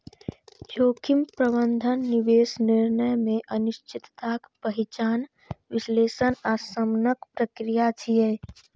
जोखिम प्रबंधन निवेश निर्णय मे अनिश्चितताक पहिचान, विश्लेषण आ शमनक प्रक्रिया छियै